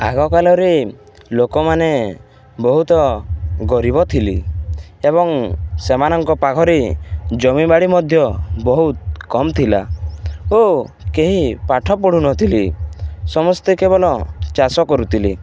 ଆଗକାଳରେ ଲୋକମାନେ ବହୁତ ଗରିବ ଥିଲେ ଏବଂ ସେମାନଙ୍କ ପାଖରେ ଜମିିବାଡ଼ି ମଧ୍ୟ ବହୁତ କମ୍ ଥିଲା ଓ କେହି ପାଠ ପଢ଼ୁନଥିଲି ସମସ୍ତେ କେବଳ ଚାଷ କରୁଥିଲେ